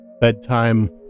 bedtime